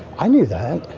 i knew that,